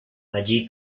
allí